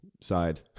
side